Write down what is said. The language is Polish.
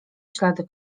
ślady